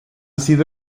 sido